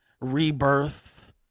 rebirth